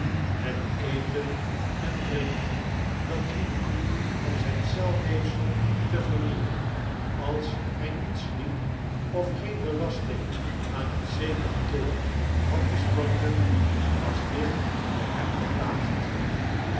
het eten en drinken dat diende om zyn celweefsel te vernieuwen als hy niet sliep of geen belasting aan het zeekantoor had te storten was dicht by hem geplaatst